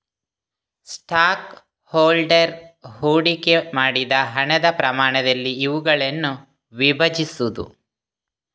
stock holder ಹೂಡಿಕೆ ಮಾಡಿದ ಹಣದ ಪ್ರಮಾಣದಲ್ಲಿ ಇವುಗಳನ್ನು ವಿಭಜಿಸುವುದು